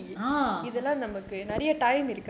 uh